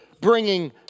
bringing